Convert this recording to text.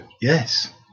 Yes